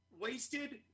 Wasted